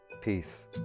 peace